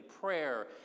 prayer